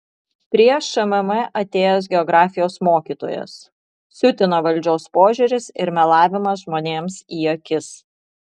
prie šmm atėjęs geografijos mokytojas siutina valdžios požiūris ir melavimas žmonėms į akis